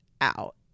out